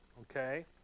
okay